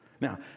now